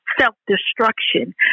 self-destruction